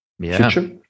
future